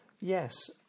Yes